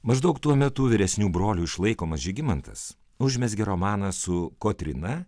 maždaug tuo metu vyresnių brolių išlaikomas žygimantas užmezgė romaną su kotryna